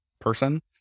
person